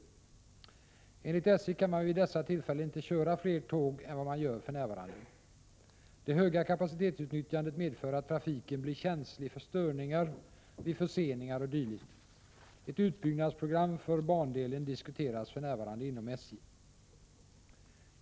Enligt SJ kan man vid dessa tillfällen inte köra fler tåg än vad man gör för närvarande. Det höga kapacitetsutnyttjandet medför att trafiken blir känslig för störningar vid förseningar o. d. Ett utbyggnadsprogram för bandelen diskuteras för närvarande inom SJ.